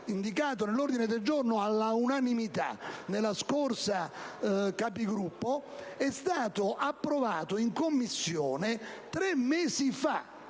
inserito all'ordine del giorno all'unanimità nella scorsa riunione, è stato approvato in Commissione tre mesi fa